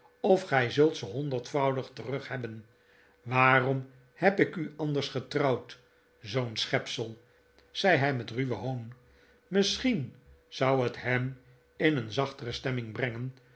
of gij zult ze honderdvoudig terug hebben waarom heb ik u anders getrouwd zoo'n schepsel zei hij met ruwen hoon misschien zou het hem in een zachtere stemming brengen